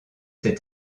ces